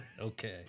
Okay